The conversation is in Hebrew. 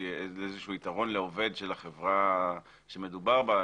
שהוא יתרון לעובד של החברה שמדובר בה,